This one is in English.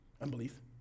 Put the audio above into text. Unbelief